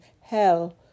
hell